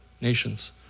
nations